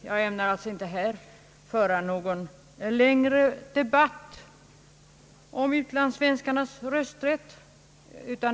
Jag ämnar inte heller här föra någon längre debatt om utlandssvenskarnas rösträtt.